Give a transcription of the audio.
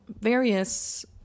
various